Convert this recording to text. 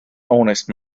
honest